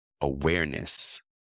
awareness